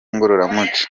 ngororamuco